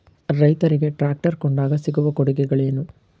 ರೈತರಿಗೆ ಟ್ರಾಕ್ಟರ್ ಕೊಂಡಾಗ ಸಿಗುವ ಕೊಡುಗೆಗಳೇನು?